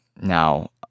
Now